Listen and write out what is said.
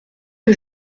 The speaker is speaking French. que